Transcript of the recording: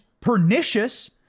pernicious